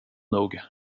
nog